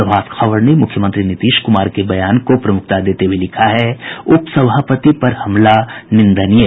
प्रभात खबर ने मुख्यमंत्री नीतीश कुमार के बयान को प्रमुखता देते हुये लिखा है उपसभापति पर हमला निंदनीय